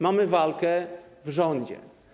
Mamy walkę w rządzie.